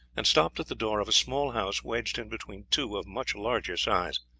and stopped at the door of a small house wedged in between two of much larger size.